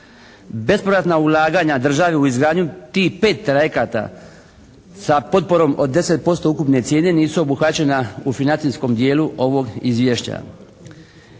Bespovratna ulaganja države u izgradnju tih 5 trajekata sa potporom od 10% ukupne cijene nisu obuhvaćena u financijskom dijelu ovog izvješća.